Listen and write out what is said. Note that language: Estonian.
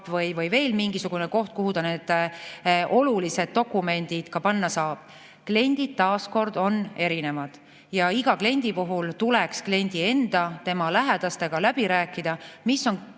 või veel mingisugune koht, kuhu ta need olulised dokumendid saab panna. Kliendid, taas kord, on erinevad ja iga kliendi puhul tuleks kliendi enda ja tema lähedastega läbi rääkida, kui ei